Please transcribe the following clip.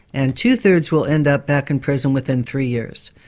and two-thirds will end up back in prison within three years.